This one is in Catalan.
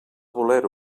voler